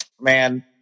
Man